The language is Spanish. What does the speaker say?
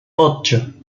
ocho